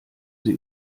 sie